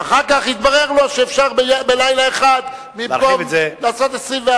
אחר כך התברר לו שאפשר בלילה אחד לעשות 24,